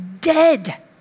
dead